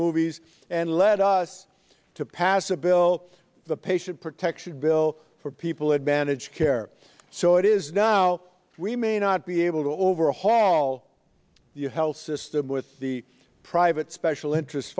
movies and led us to pass a bill the patient protection bill for people had managed care so it is now we may not be able to overhaul the health system with the private special interest